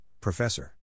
Professor